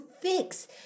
fix